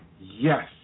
Yes